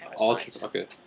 Okay